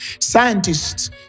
Scientists